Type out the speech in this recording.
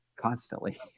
constantly